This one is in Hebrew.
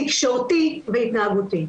תקשורתי והתנהגותי.